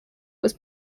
was